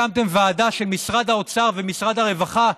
הקמתם ועדה של משרד האוצר ומשרד הרווחה,